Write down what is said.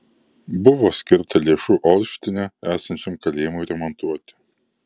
buvo skirta lėšų olštine esančiam kalėjimui remontuoti